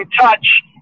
touch